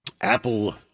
Apple